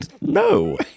no